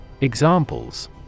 Examples